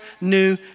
New